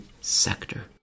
sector